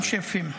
גם שפים.